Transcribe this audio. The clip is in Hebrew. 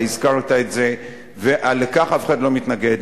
אתה הזכרת את זה, ולכך אף אחד לא מתנגד.